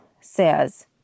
says